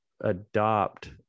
adopt